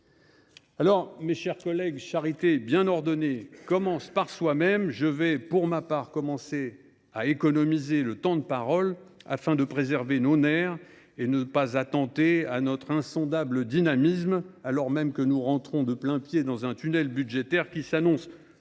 ! Mes chers collègues, charité bien ordonnée commence par soi même : je vais donc, pour ma part, commencer par économiser le temps de parole à cette tribune, afin de préserver nos nerfs et de ne pas attenter à notre insondable dynamisme, alors même que nous entrons de plain pied dans un tunnel budgétaire qui s’annonce